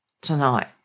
tonight